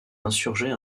insurgés